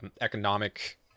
economic